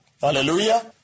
Hallelujah